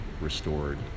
restored